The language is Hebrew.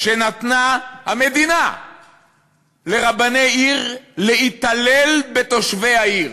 שנתנה המדינה לרבני עיר להתעלל בתושבי העיר,